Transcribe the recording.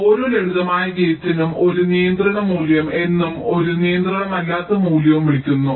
ഓരോ ലളിതമായ ഗേറ്റിനും ഞങ്ങൾ ഒരു നിയന്ത്രണ മൂല്യം എന്നും ഒരു നിയന്ത്രണമില്ലാത്ത മൂല്യം എന്നും വിളിക്കുന്നു